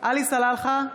עלי סלאלחה,